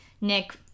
Nick